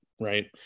Right